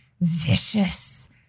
vicious